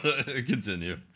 Continue